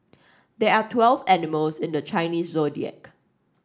there are twelve animals in the Chinese Zodiac